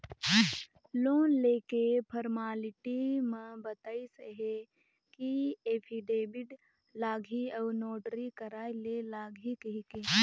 loan लेके formality म बताइस हे कि एफीडेबिड लागही अउ नोटरी कराय ले लागही कहिके